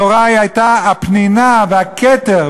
התורה הייתה הפנינה והכתר,